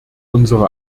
unsere